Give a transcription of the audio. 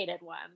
one